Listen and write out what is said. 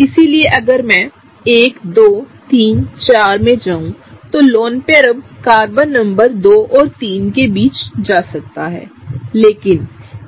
इसलिए अगर मैं 1234 में जाऊं तो लोन पेयर अब कार्बननंबर2 और 3 केबीच जा सकता है लेकिन